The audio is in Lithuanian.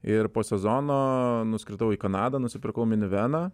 ir po sezono nuskridau į kanadą nusipirkau miniveną